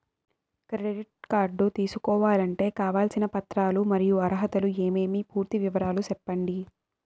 Credit card తీసుకోవాలంటే కావాల్సిన పత్రాలు మరియు అర్హతలు ఏమేమి పూర్తి వివరాలు సెప్పండి?